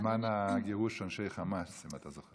בזמן הגירוש של אנשי חמאס, אם אתה זוכר.